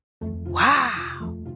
wow